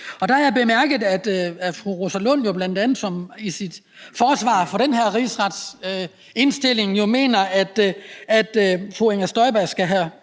Der har jeg bemærket, at fru Rosa Lund bl.a. i sit forsvar for den her rigsretsindstilling jo mener, at fru Inger Støjberg skal